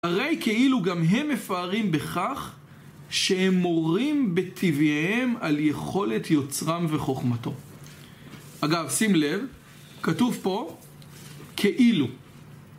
"הרי כאילו גם הם מפארים בכך שהם מורים בטבעיהם על יכולת יוצרם וחוכמתו." אגב, שים לב, כתוב פה "כאילו".